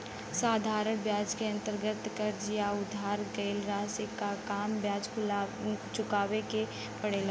साधारण ब्याज क अंतर्गत कर्ज या उधार गयल राशि पर कम ब्याज चुकावे के पड़ेला